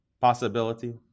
possibility